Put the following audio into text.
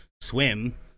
swim